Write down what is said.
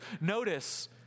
Notice